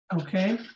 Okay